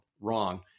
wrong